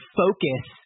focus